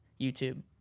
YouTube